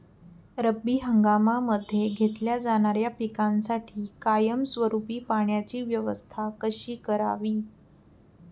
रब्बी हंगामामध्ये घेतल्या जाणाऱ्या पिकांसाठी कायमस्वरूपी पाण्याची व्यवस्था कशी करावी?